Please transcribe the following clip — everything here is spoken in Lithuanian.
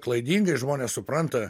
klaidingai žmonės supranta